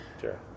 Sure